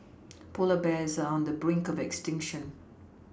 polar bears are on the brink of extinction